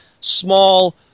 small